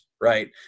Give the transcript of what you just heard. right